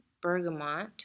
Bergamot